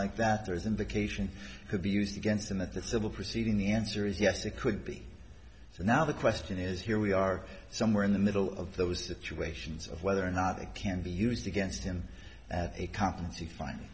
like that there is indication could be used against him at the civil proceeding the answer is yes it could be so now the question is here we are somewhere in the middle of those situations of whether or not it can be used against him at a conference the fin